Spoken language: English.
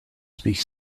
speaks